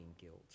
guilt